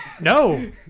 No